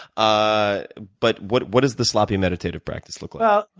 ah but what what does the sloppy meditative practice look but